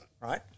right